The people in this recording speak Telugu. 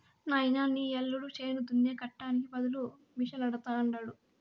నాయనా నీ యల్లుడు చేను దున్నే కట్టానికి బదులుగా మిషనడగతండాడు